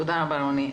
תודה רבה רוני.